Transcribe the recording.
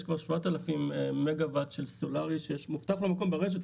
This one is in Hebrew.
יש כבר 7,000 מגה וואט של סולארי שמובטח לו מקום ברשת,